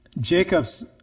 Jacob's